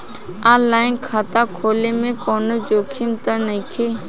आन line खाता खोले में कौनो जोखिम त नइखे?